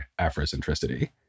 afrocentricity